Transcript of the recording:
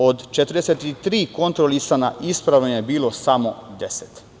Od 43 kontrolisana, ispravnih je bilo samo 10.